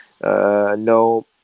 no